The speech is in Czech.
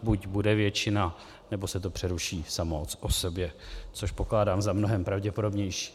Buď bude většina, nebo se to přeruší samo o sobě, což pokládám za mnohem pravděpodobnější.